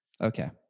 Okay